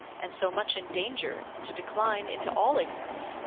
and so much in danger to decline into all ignorance,